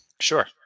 Sure